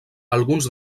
alguns